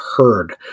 heard